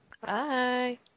Bye